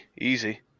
easy